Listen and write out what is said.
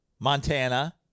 Montana